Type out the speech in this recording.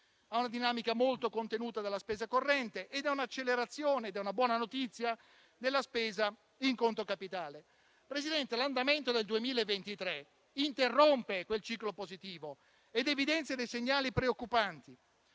a una dinamica molto contenuta dalla spesa corrente e ad un'accelerazione - è questa una buona notizia - della spesa in conto capitale. Presidente, l'andamento del 2023 interrompe quel ciclo positivo, evidenziando dei segnali preoccupanti.